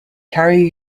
carry